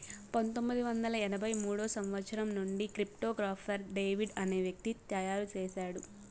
పంతొమ్మిది వందల ఎనభై మూడో సంవచ్చరం నుండి క్రిప్టో గాఫర్ డేవిడ్ అనే వ్యక్తి తయారు చేసాడు